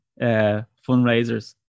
fundraisers